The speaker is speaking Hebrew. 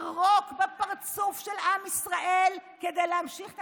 לירוק בפרצוף של עם ישראל כדי להמשיך את